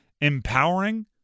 empowering